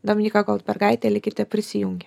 dominyka goldbergaitė likite prisijungę